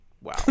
wow